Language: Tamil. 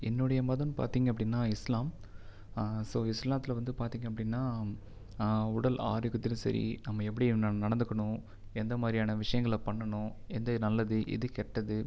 என்னுடைய மதம் பார்த்திங்க அப்படின்னா இஸ்லாம் ஸோ இஸ்லாத்தில் வந்து பார்த்திங்க அப்படின்னா உடல் ஆரோக்கியத்துலையும் சரி நம்ம எப்படி நடை நடந்துக்கனு எந்தமாதிரியான விஷயங்கள பண்ணனும் எது நல்லது எது கெட்டது